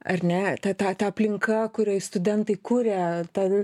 ar ne ta ta ta aplinka kurioj studentai kuria ten